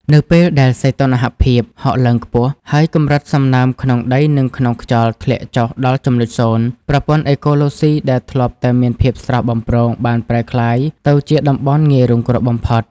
នៅពេលដែលសីតុណ្ហភាពហក់ឡើងខ្ពស់ ហើយកម្រិតសំណើមក្នុងដី និងក្នុងខ្យល់ធ្លាក់ចុះដល់ចំណុចសូន្យ ប្រព័ន្ធអេកូឡូស៊ីដែលធ្លាប់តែមានភាពស្រស់បំព្រងបានប្រែក្លាយទៅជាតំបន់ងាយរងគ្រោះបំផុត។